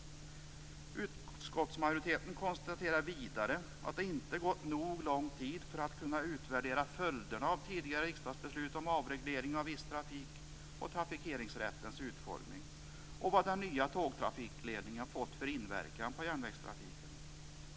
Utskottsmajoriteten konstaterar vidare att det ännu inte gått nog lång tid för att man skall kunna utvärdera följderna av tidigare riksdagsbeslut om avreglering av viss trafik och om trafikeringsrättens utformning samt av vad den nya tågtrafikledningen fått för inverkan på järnvägstrafiken.